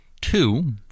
two